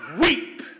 weep